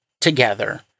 together